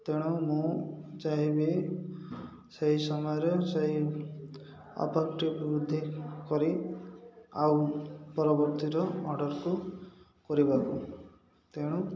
ତେଣୁ ମୁଁ ଚାହିଁବି ସେହି ସମୟରେ ସେହି ଅଫର୍ଟି ବୃଦ୍ଧି କରି ଆଉ ପରବର୍ତ୍ତୀର ଅର୍ଡ଼ର୍କୁ କରିବାକୁ ତେଣୁ